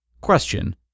Question